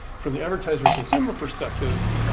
from the advertiser and consumer perspective,